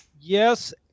yes